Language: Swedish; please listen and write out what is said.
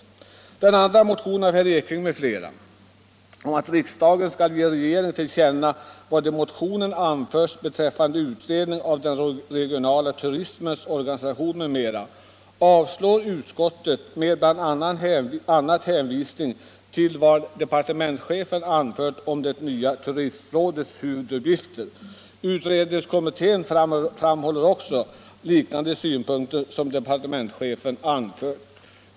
Den andra motionen, nr 1980 av herr Ekinge m.fl. om ”att riksdagen skall ge regeringen till känna vad i motionen anförts beträffande utredning av den regionala turismens organisation” m.m. avstyrker utskottet, bl.a. med hänvisning till vad departementschefen anfört om det nya turistrådets huvuduppgifter. Utredningskommittén har anfört ungefär samma synpunkter som departementschefen.